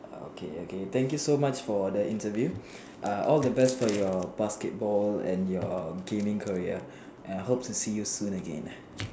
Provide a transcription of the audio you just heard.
uh okay okay thank you so much for your interview uh all the best for your basketball and your gaming career and I hope to see you soon again